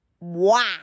Wow